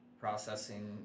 processing